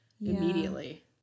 immediately